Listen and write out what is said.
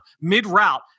Mid-route